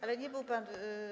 Ale nie był pan.